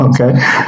Okay